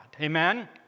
Amen